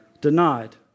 denied